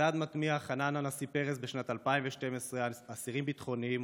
בצעד מתמיה חנן הנשיא פרס בשנת 2012 אסירים ביטחוניים,